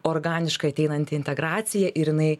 organiškai ateinanti integracija ir jinai